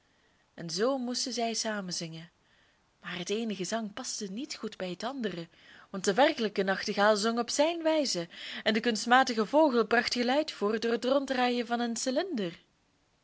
en zoo moesten zij samen zingen maar het eene gezang paste niet goed bij het andere want de werkelijke nachtegaal zong op zijn wijze en de kunstmatige vogel bracht geluid voort door het ronddraaien van een